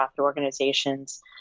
organizations